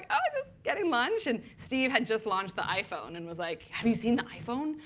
oh, just getting lunch. and steve had just launched the iphone and was like, have you seen the iphone?